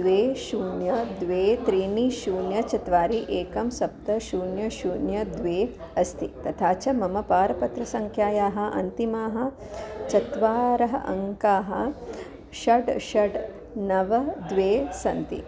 द्वे शून्यं द्वे त्रीणि शून्यं चत्वारि एकं सप्त शून्यं शून्यं द्वे अस्ति तथा च मम पारपत्रसङ्ख्यायाः अन्तिमाः चत्वारः अङ्काः षट् षट् नव द्वे सन्ति